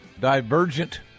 divergent